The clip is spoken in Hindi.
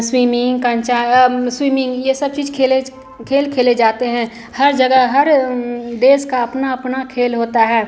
स्विमिंग कंचा स्विमिंग ये सब चीज़ खेले खेल खेले जाते हैं हर जगह हर देश का अपना अपना खेल होता है